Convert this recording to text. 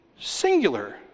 singular